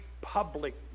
public